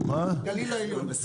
לגליל העליון.